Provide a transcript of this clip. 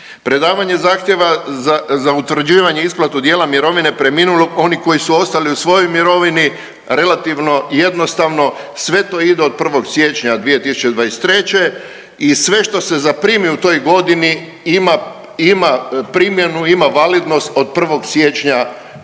Predavanje zahtjeva za, za utvrđivanje i isplatu dijela mirovine preminulog oni koji su ostali u svojoj mirovini relativno i jednostavno sve to ide od 1. siječnja 2023. i sve što se zaprimi u toj godini ima ima primjenu, ima validnost od 1. siječnja znači